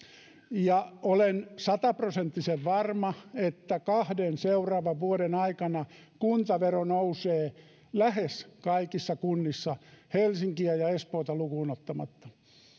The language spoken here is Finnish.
ja olen sataprosenttisen varma että kahden seuraavan vuoden aikana kuntavero nousee lähes kaikissa kunnissa helsinkiä ja espoota lukuun ottamatta